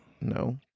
No